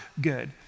good